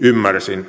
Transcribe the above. ymmärsin